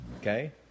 Okay